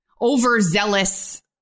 overzealous